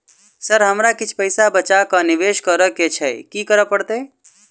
Sir हमरा किछ पैसा बचा कऽ निवेश करऽ केँ छैय की करऽ परतै?